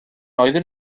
oeddwn